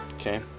okay